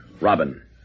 Robin